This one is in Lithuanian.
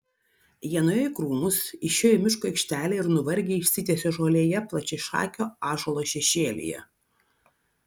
jie nuėjo į krūmus išėjo į miško aikštelę ir nuvargę išsitiesė žolėje plačiašakio ąžuolo šešėlyje